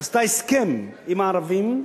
עשתה הסכם עם הערבים,